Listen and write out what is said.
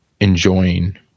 enjoying